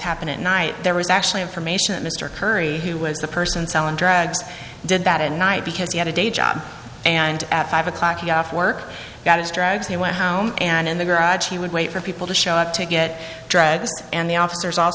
happen at night there was actually information mr curry who was the person selling drugs did that at night because he had a day job and at five o'clock he have to work got his drugs he went home and in the garage he would wait for people to show up to get drugs and the officers al